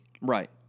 Right